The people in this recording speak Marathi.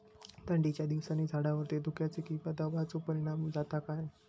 थंडीच्या दिवसानी झाडावरती धुक्याचे किंवा दवाचो परिणाम जाता काय?